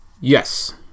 Yes